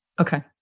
Okay